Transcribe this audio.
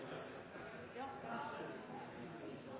ja, så